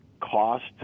cost